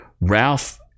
Ralph